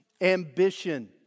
ambition